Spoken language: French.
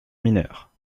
mineure